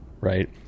Right